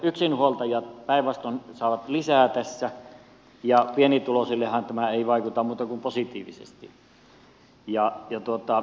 yksinhuoltajat päinvastoin saavat lisää tässä ja pienituloisillehan tämä ei vaikuta muuten kuin positiivisesti